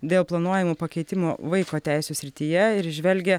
dėl planuojamų pakeitimų vaiko teisių srityje ir įžvelgia